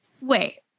Wait